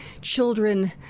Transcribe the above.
children